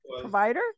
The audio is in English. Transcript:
provider